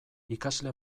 ikasle